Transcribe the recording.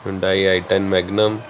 Hyundai I ten magnum